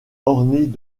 ornées